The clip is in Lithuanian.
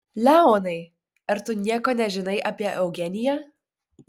leonai ar tu nieko nežinai apie eugeniją